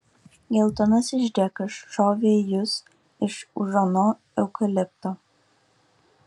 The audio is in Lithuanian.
geltonasis džekas šovė į jus iš už ano eukalipto